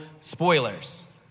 spoilers